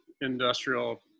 industrial